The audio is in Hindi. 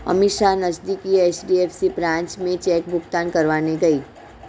अमीषा नजदीकी एच.डी.एफ.सी ब्रांच में चेक भुगतान रुकवाने गई